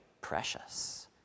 precious